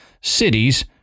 cities